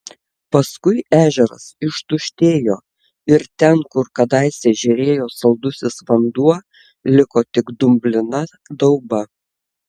paskui ežeras ištuštėjo ir ten kur kadaise žėrėjo saldusis vanduo liko tik dumblina dauba